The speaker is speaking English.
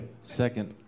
Second